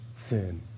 sin